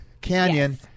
Canyon